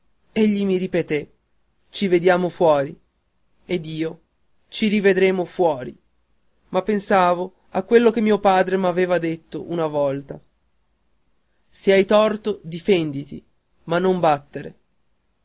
egli mi ripeté ci rivedremo fuori ed io ci rivedremo fuori ma pensavo a quello che mio padre m'aveva detto una volta se hai torto difenditi ma non battere